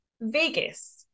Vegas